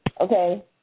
Okay